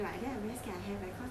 cause his toes